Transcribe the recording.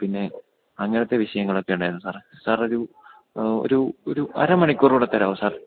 പിന്നെ അങ്ങനത്തെ വിഷയങ്ങളൊക്കെ ഉണ്ടായിരുന്നു സാറെ സാറൊരു ഒരു ഒരു അരമണിക്കൂറും കൂടെ തരാമോ സാർ